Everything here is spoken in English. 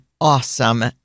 awesome